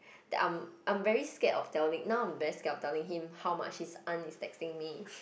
that I'm I'm very scared of telling now I'm very scared of telling him how much his aunt is texting me